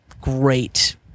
great